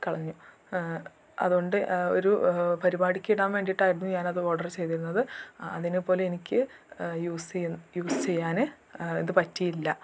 കളഞ്ഞു അതു കൊണ്ട് ഒരു പരുപാടിക് ഇടാൻ വേണ്ടിയിട്ടായിരുന്നു ഞാൻ അത് ഓർഡർ ചെയ്തതിരുന്നത് അതിനുപോലും എനിക്ക് യൂസ് ചെയ്യാൻ യൂസ് ചെയ്യാന് ഇത് പറ്റിയില്ല